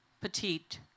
petite